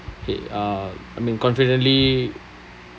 it uh I mean confidently